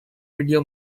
video